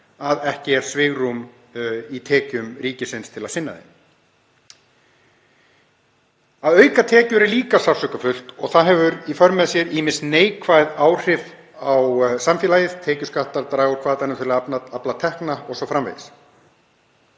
að ekki er svigrúm í tekjum ríkisins til að sinna þeim. Að auka tekjur er líka sársaukafullt og það hefur í för með sér ýmis neikvæð áhrif á samfélagið, tekjuskattar draga úr hvatanum til að afla tekna o.s.frv.